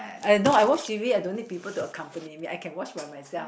no I watch t_v I don't need people to accompany me I can watch by myself